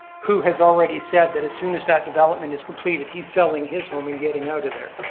who has already said that as soon as that development is completed, he's selling his home and getting out of there.